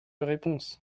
réponse